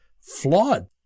flawed